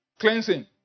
cleansing